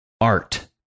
Art